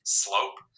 slope